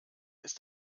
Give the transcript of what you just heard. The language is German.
ist